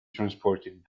transported